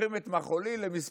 הופכים את מחול לי למספדי,